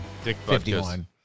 51